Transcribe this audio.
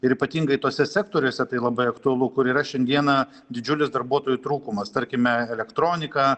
ir ypatingai tuose sektoriuose tai labai aktualu kur yra šiandieną didžiulis darbuotojų trūkumas tarkime elektronika